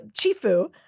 Chifu